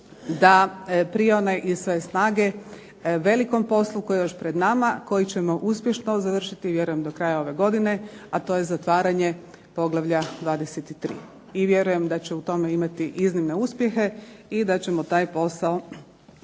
da prione iz sve snage velikom poslu koji je još pred nama, koji ćemo uspješno završiti vjerujem do kraja ove godine a to je zatvaranje poglavlja 23. i vjerujem da će u tome imati iznimne uspjehe i da ćemo taj posao